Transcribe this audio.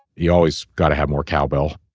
you always got to have more cowbell.